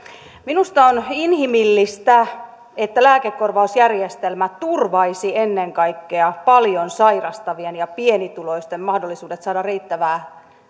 minusta olisi inhimillistä että lääkekorvausjärjestelmä turvaisi ennen kaikkea paljon sairastavien ja pienituloisten mahdollisuudet saada riittävää